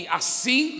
assim